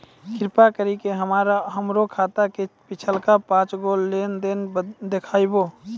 कृपा करि के हमरा हमरो खाता के पिछलका पांच गो लेन देन देखाबो